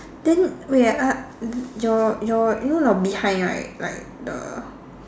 then wait uh uh your your you know your behind right like the